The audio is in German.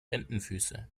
entenfüße